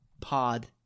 Pod